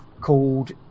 called